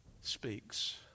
speaks